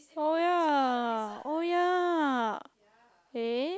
oh yeah oh yeah eh